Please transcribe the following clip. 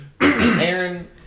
Aaron